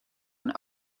een